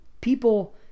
people